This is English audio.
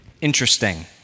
interesting